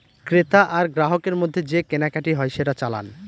ক্রেতা আর গ্রাহকের মধ্যে যে কেনাকাটি হয় সেটা চালান